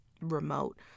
remote